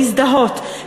להזדהות,